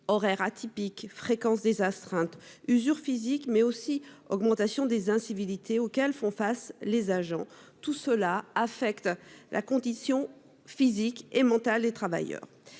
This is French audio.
horaires atypiques, fréquence des astreintes, usure physique, mais aussi augmentation des incivilités auxquelles les agents sont confrontés ... Tout cela affecte la condition physique et mentale des travailleurs.